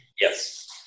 Yes